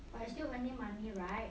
but you still earning money right